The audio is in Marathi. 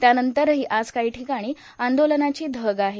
त्यानंतरही आज काही ठिकाणी आंदोलनाची धग आहे